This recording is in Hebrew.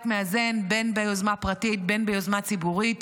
מאזן בין ביוזמה פרטית ובין ביוזמה ציבורית,